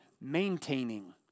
maintaining